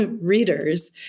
readers